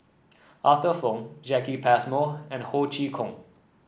Arthur Fong Jacki Passmore and Ho Chee Kong